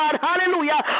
hallelujah